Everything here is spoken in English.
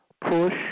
push